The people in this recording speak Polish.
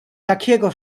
takiego